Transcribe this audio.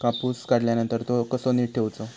कापूस काढल्यानंतर तो कसो नीट ठेवूचो?